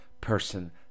person